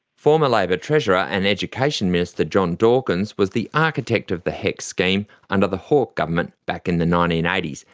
former labor treasurer and education minister john dawkins was the architect of the hecs scheme under the hawke government back in the nineteen eighty s,